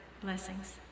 blessings